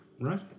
right